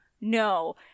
No